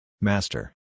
Master